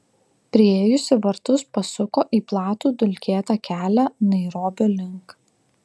priėjusi vartus pasuko į platų dulkėtą kelią nairobio link